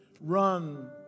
Run